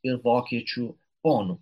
ir vokiečių ponų